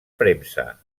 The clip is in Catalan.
premsa